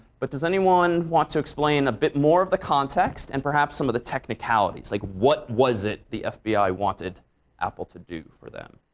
but does anyone want to explain a bit more of the context and perhaps some of the technicalities? like, what was it the fbi wanted apple to do for them?